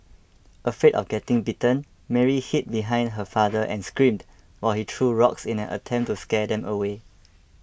afraid of getting bitten Mary hid behind her father and screamed while he threw rocks in an attempt to scare them away